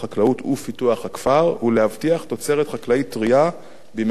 הוא להבטיח תוצרת חקלאית טרייה במחיר שווה לכל נפש.